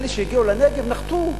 אלה שהגיעו לנגב, נחתו מהירח,